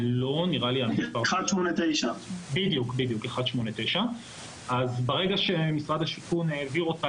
מס' 189. ברגע שמשרד השיכון העביר אותה